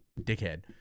dickhead